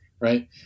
right